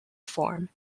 form